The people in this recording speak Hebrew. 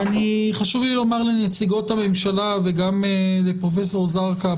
חשוב לי לומר לנציגות הממשלה וגם לפרופסור זרקא,